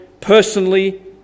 personally